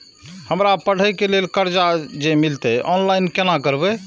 हमरा पढ़े के लेल कर्जा जे मिलते ऑनलाइन केना करबे?